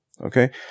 okay